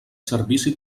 servici